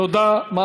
תודה, אדוני.